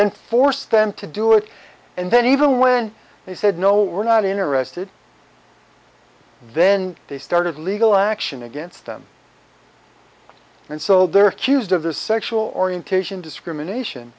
then force them to do it and then even when they said no we're not interested then they started legal action against them and so they're accused of the sexual orientation discrimination